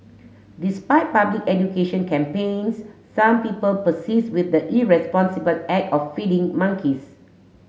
despite public education campaigns some people persist with the irresponsible act of feeding monkeys